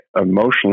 emotionally